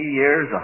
years